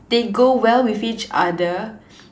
they go well with each other